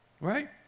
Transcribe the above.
right